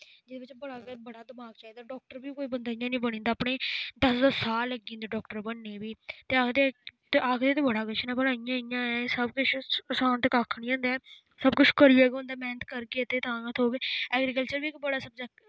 जेह्दे बिच्च बड़ा गै बड़ा दमाक चाहिदा डाक्टर बी कोई बंदा इ'यां निं बनी जंदा अपने दस दस साल लग्गी जंदे डाक्टर बनने गी बी ते आखदे ते आखदे ते बड़ा किश न भला इ'यां इ'यां ऐ सब किश असान ते कक्ख निं होंदा ऐ सब कुछ करियै गै होंदा ऐ मैह्नत करगे ते तां थ्होग एग्रीकल्चर बी इक बड्डा सब्जैक्ट